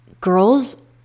girls